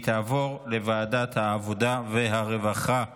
לוועדת העבודה והרווחה נתקבלה.